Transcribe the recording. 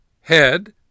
head